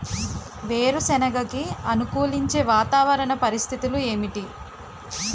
వేరుసెనగ కి అనుకూలించే వాతావరణ పరిస్థితులు ఏమిటి?